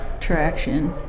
Traction